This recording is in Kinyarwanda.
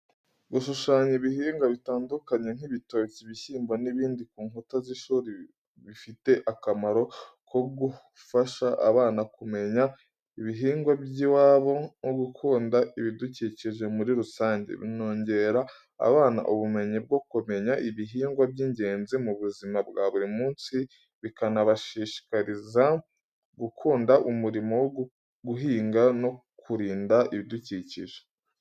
Gushushanya ibihingwa bitandukanye nk'ibitoki, ibishyimbo n'ibindi ku nkuta z’ishuri bifite akamaro ko gufasha abana kumenya ibihingwa by’iwabo no gukunda ibidukikije muri rusange. Binongera abana ubumenyi bwo kumenya ibihingwa by’ingenzi mu buzima bwa buri munsi, bikanabashishikariza gukunda umurimo wo guhinga no kurinda ibidukikije.